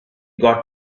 got